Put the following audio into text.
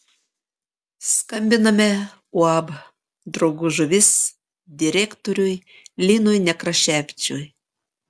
skambiname uab draugų žuvis direktoriui linui nekraševičiui